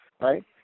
Right